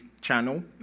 channel